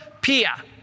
Pia